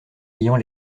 ayant